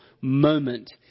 moment